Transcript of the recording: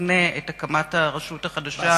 שמתנה את הקמת הרשות החדשה,